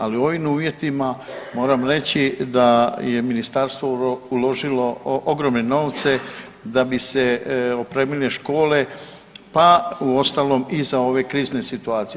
Ali u ovim uvjetima moram reći da je ministarstvo uložilo ogromne novce da bi se opremile škole pa u ostalom i za ove krizne situacije.